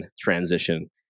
transition